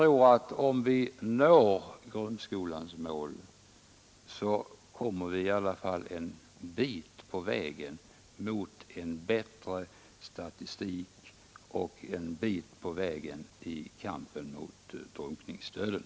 Om vi når grundskolans mål tror jag att vi i alla fall kommer en bit på vägen mot en bättre statistik och en bit på vägen i kampen mot drunkningsdöden.